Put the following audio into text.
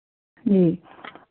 जी